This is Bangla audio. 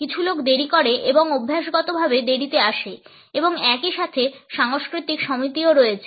কিছু লোক দেরি করে এবং অভ্যাসগতভাবে দেরিতে আসে এবং একই সাথে সাংস্কৃতিক সমিতিও রয়েছে